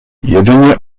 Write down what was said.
jedynie